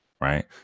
Right